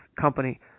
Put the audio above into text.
company